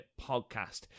podcast